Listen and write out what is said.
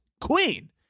queen